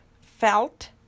felt